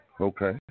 okay